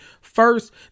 first